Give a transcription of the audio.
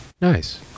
Nice